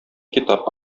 китап